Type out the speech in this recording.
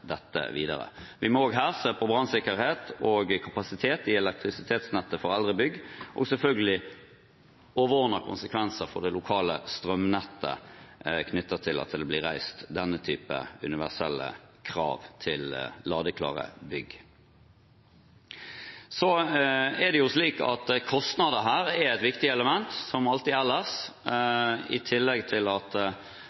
dette videre. Vi må her se på brannsikkerhet og kapasitet i elektrisitetsnettet for eldre bygg og selvfølgelig overordnede konsekvenser for det lokale strømnettet når det blir reist denne typen universelle krav til ladeklare bygg. Så er det slik at kostnader er her et viktig element, som alltid